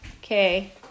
Okay